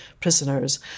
prisoners